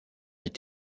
est